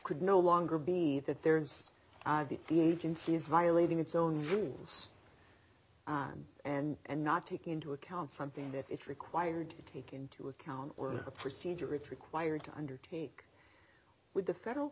could no longer be that there's the agency is violating its own rules and and not taking into account something that is required to take into account or a procedure it's required to undertake with the federal